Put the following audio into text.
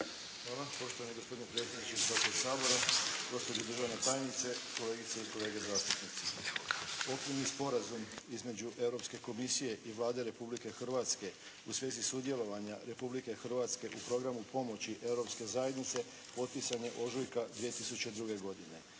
Hvala poštovani gospodine predsjedniče Hrvatskog sabora, gospođo državna tajnice, kolegice i kolege zastupnici. Okvirni sporazum između Europske Komisije i Vlade Republike Hrvatske u svezi sudjelovanja Republike Hrvatske u programu pomoći europske zajednice potpisan je ožujka 2002. godine,